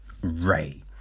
Ray